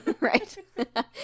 Right